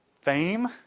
fame